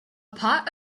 pot